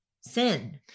sin